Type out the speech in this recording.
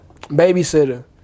babysitter